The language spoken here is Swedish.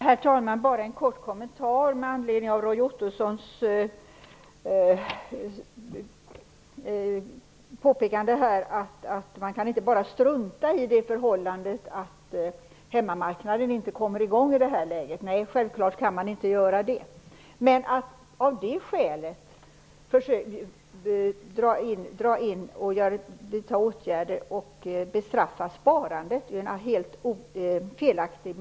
Herr talman! Bara en kort kommentar med anledning av Roy Ottossons påpekande att man inte bara kan strunta i det förhållandet att hemmamarknaden inte kommer i gång i det här läget. Nej, självklart kan man inte göra det. Men att av det skälet vidta åtgärder för att bestraffa sparandet är helt felaktigt.